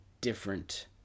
different